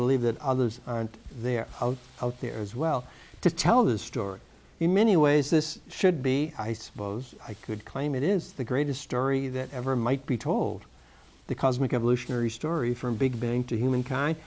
believe that others aren't there out there as well to tell the story in many ways this should be i suppose i could claim it is the greatest story that ever might be told the cosmic evolutionary story from big bang to humankind